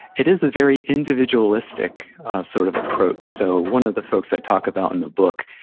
it is a very individualistic sort of approach. so one of the folks i talk about in the book,